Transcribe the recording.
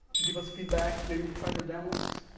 give us feedback, maybe try the demos,